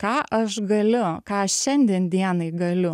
ką aš galiu ką aš šiandien dienai galiu